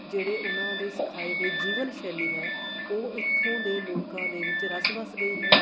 ਜਿਹੜੇ ਉਹਨਾਂ ਦੇ ਸਿਖਾਏ ਹੋਏ ਜੀਵਨ ਸ਼ੈਲੀ ਹੈ ਉਹ ਇਥੋਂ ਦੇ ਲੋਕਾਂ ਦੇ ਵਿੱਚ ਰਸ ਵਸ ਗਈ ਹੈ